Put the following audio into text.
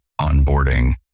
onboarding